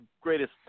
greatest